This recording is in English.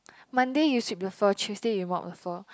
Monday you sweep the floor Tuesday you mop the floor